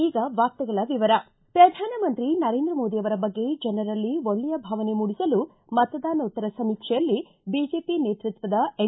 ಈಗ ವಾರ್ತೆಗಳ ವಿವರ ಪ್ರಧಾನಮಂತ್ರಿ ನರೇಂದ್ರ ಮೋದಿಯವರ ಬಗ್ಗೆ ಜನರಲ್ಲಿ ಒಳ್ಳೆಯ ಭಾವನೆ ಮೂಡಿಸಲು ಮತದಾನೋತ್ತರ ಸಮೀಕ್ಷೆಯಲ್ಲಿ ಬಿಜೆಪಿ ನೇತೃತ್ವದ ಎನ್